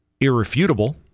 irrefutable